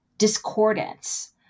Discordance